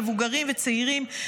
מבוגרים וצעירים.